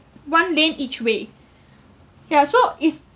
one lane each way yeah so is